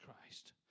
Christ